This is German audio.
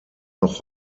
noch